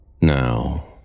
Now